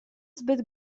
zbyt